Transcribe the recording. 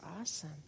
Awesome